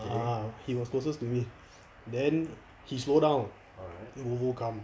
ah he was closest to me then he slow down the volve come